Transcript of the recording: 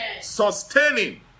Sustaining